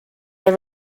have